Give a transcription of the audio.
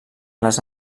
les